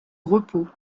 repos